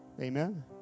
Amen